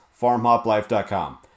farmhoplife.com